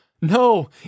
No